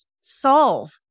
solve